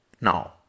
Now